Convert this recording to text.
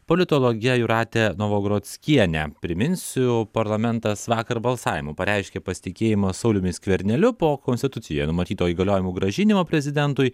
politologe jūrate novagrockiene priminsiu parlamentas vakar balsavimu pareiškė pasitikėjimą sauliumi skverneliu po konstitucijoje numatyto įgaliojimų grąžinimo prezidentui